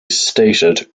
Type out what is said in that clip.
stated